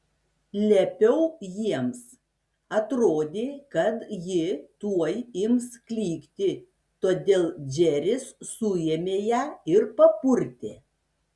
liepiau jiems atrodė kad ji tuoj ims klykti todėl džeris suėmė ją ir papurtė